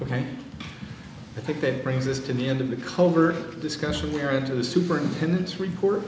ok i think that brings us to the end of the covert discussion here into the superintendent's report